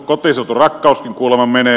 kotiseuturakkauskin kuulemma menee